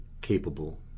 capable